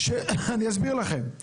אני אסביר לכם.